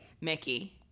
Mickey